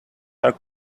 are